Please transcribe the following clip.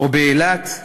או באילת,